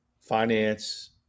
finance